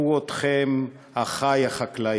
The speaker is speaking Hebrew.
שכחו אתכם, אחי החקלאים,